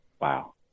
Wow